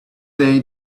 day